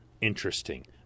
interesting